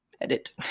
edit